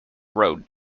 road